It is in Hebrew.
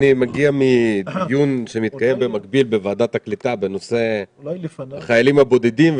אני מגיע מדיון שמתקיים במקביל בוועדת הקליטה בנושא חיילים בודדים,